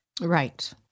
Right